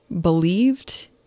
believed